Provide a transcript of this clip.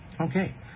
Okay